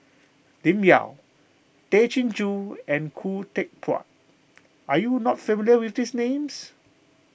Lim Yau Tay Chin Joo and Khoo Teck Puat are you not familiar with these names